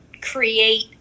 create